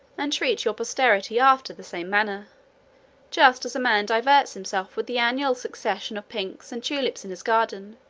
and treat your posterity after the same manner just as a man diverts himself with the annual succession of pinks and tulips in his garden,